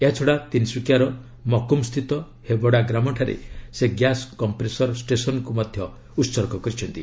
ଏହାଛଡ଼ା ତିନ୍ସୁକିଆର ମକୁମ୍ ସ୍ଥିତ ହେବେଡ଼ା ଗ୍ରାମଠାରେ ସେ ଗ୍ୟାସ୍ କମ୍ପ୍ରେସର୍ ଷ୍ଟେସନ୍କୁ ମଧ୍ୟ ଉହର୍ଗ କରିଛନ୍ତି